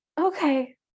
okay